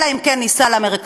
אלא אם כן ניסע למרכז.